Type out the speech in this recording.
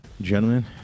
gentlemen